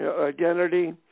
identity